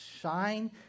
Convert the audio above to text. shine